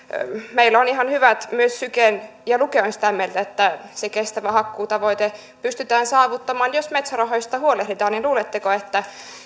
meillä on ihan hyvät mahdollisuudet myös syke ja luke ovat sitä mieltä että se kestävä hakkuutavoite pystytään saavuttamaan jos metso rahoista huolehditaan luuletteko että